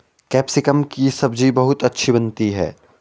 capsicum की सब्जी बहुत अच्छी बनती है